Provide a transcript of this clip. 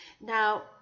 Now